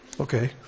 Okay